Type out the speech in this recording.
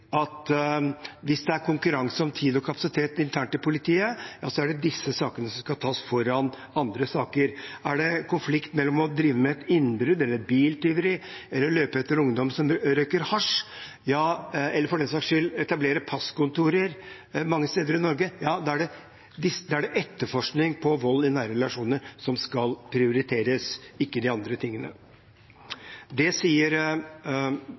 at hvis det er konkurranse om tid og kapasitet internt i politiet, er det disse sakene som skal tas foran andre saker. Er det konflikt mellom å drive med et innbrudd, eller biltyveri eller løpe etter ungdom som røyker hasj, eller for den saks skyld etablere passkontorer mange steder i Norge, er det etterforskning på vold i nære relasjoner som skal prioriteres, ikke de andre tingene. Det sier